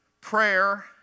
prayer